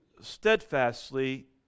steadfastly